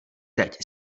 teď